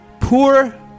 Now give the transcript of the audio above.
Poor